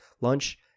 lunch